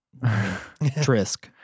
Trisk